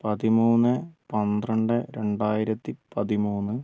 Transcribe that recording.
പതിമൂന്ന് പന്ത്രണ്ട് രണ്ടായിരത്തി പതിമൂന്ന്